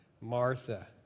Martha